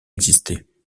existé